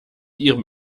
ihrem